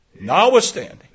Notwithstanding